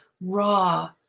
raw